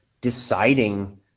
deciding